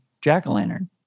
jack-o'-lantern